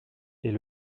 est